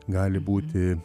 gali būti